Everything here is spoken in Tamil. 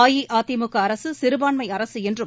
அஇஅதிமுக அரசு சிறுபான்மை அரசு என்றும்